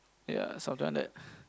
ya something like that